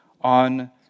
on